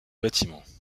bâtiments